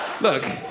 Look